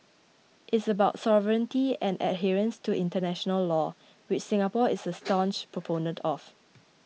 it's about sovereignty and adherence to international law which Singapore is a staunch proponent of